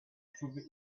through